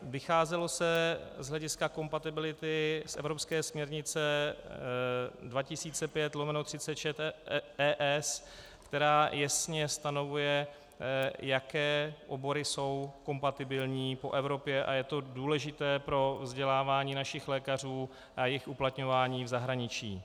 Vycházelo se z hlediska kompatibility z evropské směrnice 2005/36/ES, která jasně stanovuje, jaké obory jsou kompatibilní po Evropě, a je to důležité pro vzdělávání našich lékařů a jejich uplatňování v zahraničí.